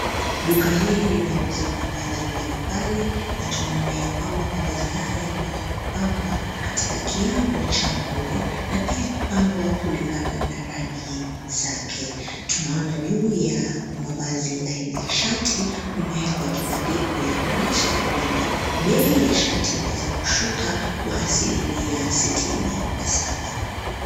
Duka hili linauza mavazi mbalimbali na tunaona ya kwamba mavazi haya yameweza kupangwa katika kiango cha nguo na pia kupangwa kulingana na rangi, zake, tunaona juu ya mavazi aina ya shati, kumewekwa kibandiko ya kuonyesha ya kwamba, bei ya shati imeweza kushuka kwa asilimia sitini na saba.